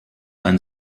ein